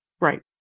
Right